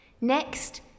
Next